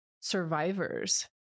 survivors